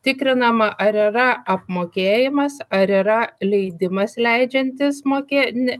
tikrinama ar yra apmokėjimas ar yra leidimas leidžiantis mokė ne